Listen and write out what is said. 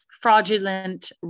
fraudulent